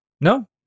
no